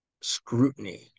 scrutiny